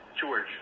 George